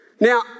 Now